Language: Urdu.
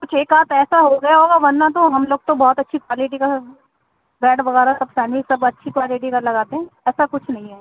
کچھ ایک آت ایسا ہو گیا ہوگا ورنہ تو ہم لوگ تو بہت اچھی کوالٹی کا بریڈ وغیرہ سب سینڈوچ سب اچھی کوالٹی کا لگاتے ہیں ایسا کچھ نہیں ہے